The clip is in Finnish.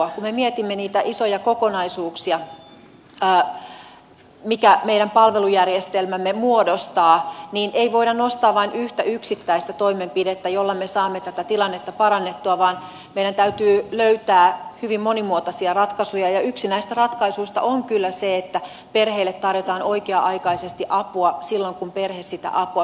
kun me mietimme niitä isoja kokonaisuuksia mitkä muodostavat meidän palvelujärjestelmämme niin ei voida nostaa vain yhtä yksittäistä toimenpidettä jolla me saamme tätä tilannetta parannettua vaan meidän täytyy löytää hyvin monimuotoisia ratkaisuja ja yksi näistä ratkaisuista on kyllä se että perheille tarjotaan oikea aikaisesti apua silloin kun perhe sitä apua pyytää